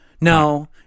No